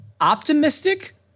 optimistic